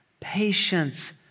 patience